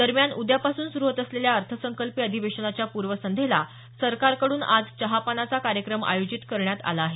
दरम्यान उद्यापासून सुरु होत असलेल्या अर्थसंकल्पीय अधिवेशनाच्या पूर्वसंध्येला सरकारकड्रन आज चहापानाचा कार्यक्रम आयोजित करण्यात आला आहे